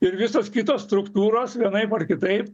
ir visos kitos struktūros vienaip ar kitaip